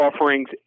offerings